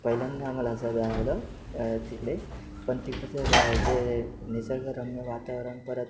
पहिल्यांदा आम्हाला असं जाणवलं तिकडे पन तिकडचं जे निसर्गरम्य वातावरण परत